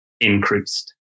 increased